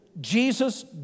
Jesus